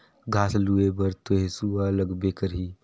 घास ल लूए बर तो हेसुआ लगबे करही